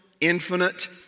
infinite